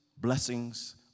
blessings